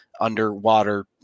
underwater